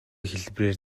хэлбэрээр